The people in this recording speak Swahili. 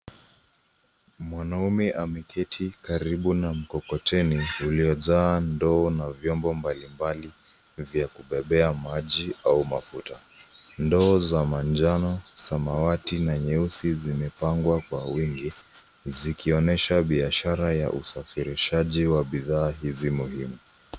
Mwanaume ameketi karibu na mkokoteni uliojaa ndoo na vyombo mbalimbali vya kubebea maji au mafuta ,ndoo za manjano samawati na nyeusi zimepangwa kwa wingi zikionyesha biashara ya usafirishaji wa bidhaa hizi muhimu.